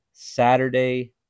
Saturday